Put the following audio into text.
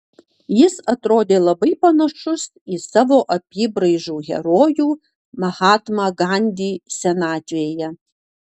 jis atrodė labai panašus į savo apybraižų herojų mahatmą gandį senatvėje